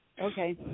Okay